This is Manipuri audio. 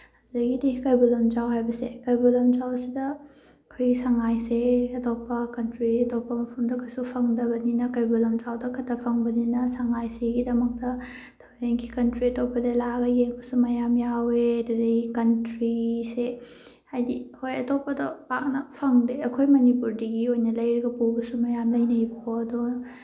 ꯑꯗꯨꯗꯒꯤꯗꯤ ꯀꯩꯕꯨꯜ ꯂꯝꯖꯥꯎ ꯍꯥꯏꯕꯁꯦ ꯀꯩꯕꯨꯜ ꯂꯝꯖꯥꯎꯁꯤꯗ ꯑꯩꯈꯣꯏꯒꯤ ꯁꯉꯥꯏꯁꯦ ꯑꯇꯣꯞꯄ ꯀꯟꯇ꯭ꯔꯤ ꯑꯇꯣꯞꯄ ꯃꯐꯝꯗꯀꯁꯨ ꯐꯪꯗꯕꯅꯤꯅ ꯀꯩꯕꯨꯜ ꯂꯝꯖꯥꯎꯗꯈꯇ ꯐꯪꯕꯅꯤꯅ ꯁꯉꯥꯏꯁꯤꯒꯤꯗꯃꯛꯇ ꯊꯑꯣꯏꯀꯤ ꯀꯟꯇ꯭ꯔꯤ ꯑꯇꯣꯞꯄꯗ ꯂꯥꯛꯑꯒ ꯌꯦꯡꯕꯁꯨ ꯃꯌꯥꯝ ꯌꯥꯎꯋꯦ ꯑꯗꯨꯗꯩ ꯀꯟꯇ꯭ꯔꯤꯁꯦ ꯍꯥꯏꯗꯤ ꯍꯣꯏ ꯑꯇꯣꯞꯄꯗꯣ ꯄꯥꯛꯅꯗꯤ ꯐꯪꯗꯦ ꯑꯩꯈꯣꯏ ꯃꯅꯤꯄꯨꯔꯗꯒꯤ ꯑꯣꯏꯅ ꯂꯩꯔꯒ ꯄꯨꯕꯁꯨ ꯃꯌꯥꯝ ꯂꯩꯅꯩꯕꯀꯣ ꯑꯗꯣ